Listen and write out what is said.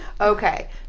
okay